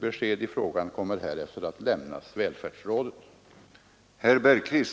Besked i frågan kommer härefter att Om medel till TV kassetter för handels